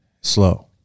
slow